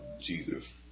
Jesus